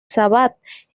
sabbath